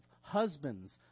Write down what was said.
Husbands